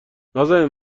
نازنین